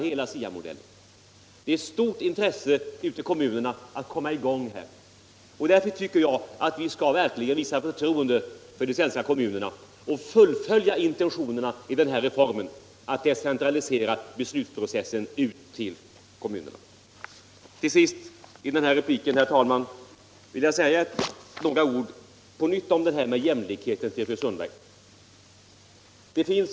Ute bland kommunerna råder ett stort intresse för att komma i gång. Därför skall vi verkligen visa förtroende för de svenska kommunerna och fullfölja intentionerna i denna reform att decentralisera beslutsprocessen till dem. Till sist vill jag på nytt säga några ord till fru Sundberg om jämlikheten.